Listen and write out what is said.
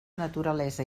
naturalesa